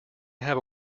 have